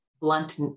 blunt